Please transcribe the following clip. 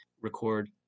record